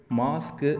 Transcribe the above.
mask